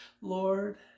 Lord